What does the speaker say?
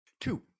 two